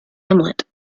hamlet